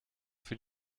für